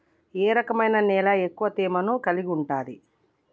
ఏ రకమైన నేల ఎక్కువ తేమను కలిగుంటది?